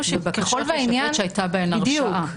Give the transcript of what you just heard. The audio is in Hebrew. על בקשות להישפט שהייתה בהן הרשעה.